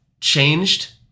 changed